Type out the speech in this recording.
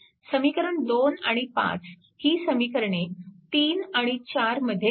समीकरण 2 आणि 5 ही समीकरणे 3 आणि 4 मध्ये घाला